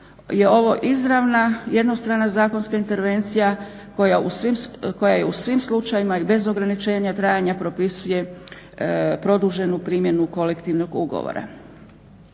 je ovo izravna, jednostrana zakonska intervencija koja je u svim slučajevima i bez ograničenja trajanja propisuje produženu primjenu kolektivnog ugovora.